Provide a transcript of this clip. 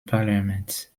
parliament